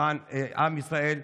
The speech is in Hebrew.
למען עם ישראל,